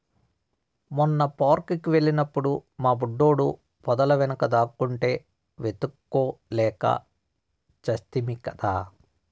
మొన్న పార్క్ కి వెళ్ళినప్పుడు మా బుడ్డోడు పొదల వెనుక దాక్కుంటే వెతుక్కోలేక చస్తిమి కదా